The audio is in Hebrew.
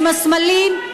עם הסמלים,